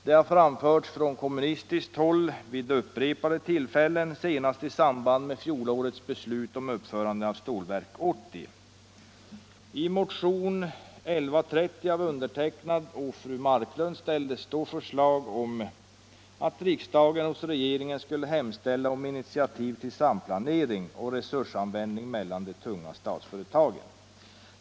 Det har framförts från kommunistiskt håll vid upprepade tillfällen, senast i samband med fjolårets beslut om uppförande av Stålverk 80. I motionen 1130 av fru Marklund och mig ställdes då förslag om att riksdagen hos regeringen skulle hemställa om initiativ till samplanering och resursanvändning mellan de tunga statsföretagen.